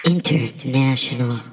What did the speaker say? International